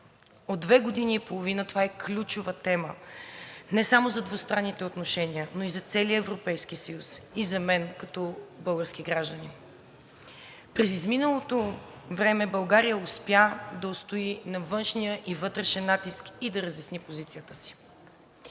От две години и половина това е ключова тема не само за двустранните отношения, но и за целия Европейски съюз и за мен като български гражданин. През изминалото време България успя да устои на външния и вътрешния натиск и да разясни позицията си.